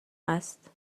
است